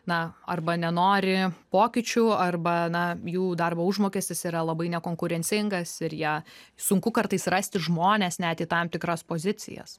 na arba nenori pokyčių arba na jų darbo užmokestis yra labai nekonkurencingas ir jie sunku kartais rasti žmonės net į tam tikras pozicijas